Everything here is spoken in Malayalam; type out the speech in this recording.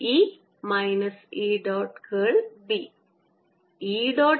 E